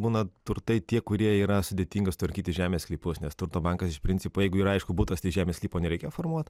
būna turtai tie kurie yra sudėtinga sutvarkyti žemės sklypus nes turto bankas iš principo jeigu yra aišku butas tai žemės sklypo nereikia formuot